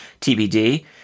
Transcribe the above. TBD